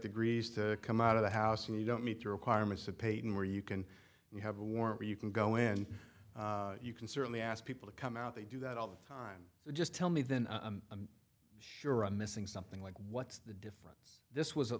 agrees to come out of the house and you don't meet the requirements of payton where you can you have a warrant or you can go in and you can certainly ask people to come out they do that all the time so just tell me then i'm sure i'm missing something like what's the difference this was a